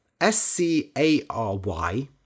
S-C-A-R-Y